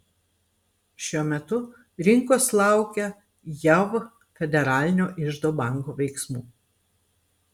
šiuo metu rinkos laukia jav federalinio iždo banko veiksmų